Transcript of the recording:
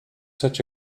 such